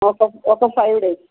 ఆ ఒక ఒక ఫైవ్ డేస్